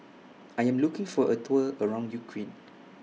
I Am looking For A Tour around Ukraine